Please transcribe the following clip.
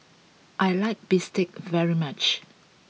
I like Bistake very much